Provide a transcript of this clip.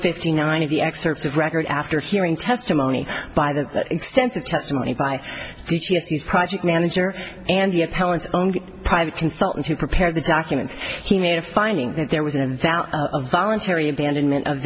fifty nine of the excerpts of record after hearing testimony by the extensive testimony by the ts these project manager and the appellant private consultant who prepared the documents he made a finding that there was in a voluntary abandonment of